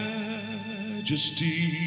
majesty